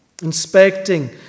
inspecting